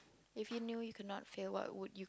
if you knew you could not fail what would you